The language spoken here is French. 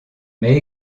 mais